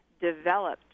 developed